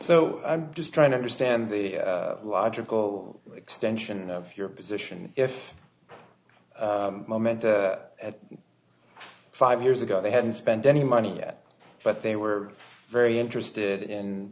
so i'm just trying to understand the logical extension of your position if moment five years ago they hadn't spent any money yet but they were very interested in